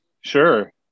sure